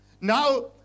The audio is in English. Now